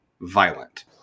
violent